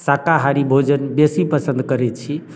शाकाहारी भोजन बेसी पसंद करैत छी